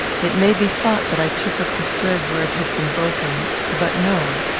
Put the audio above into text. it may be thought that i took up the thread where it had been broken but no.